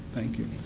thank you.